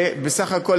ובסך הכול,